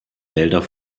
wälder